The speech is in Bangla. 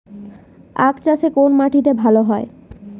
আখ চাষ কোন মাটিতে ভালো হয়?